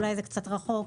אולי זה קצת רחוק,